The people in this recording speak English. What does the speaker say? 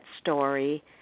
story